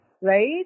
right